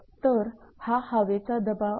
तर हा हवेचा दबाव आहे